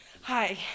Hi